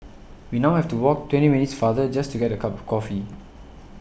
we now have to walk twenty minutes farther just to get a cup of coffee